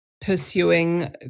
pursuing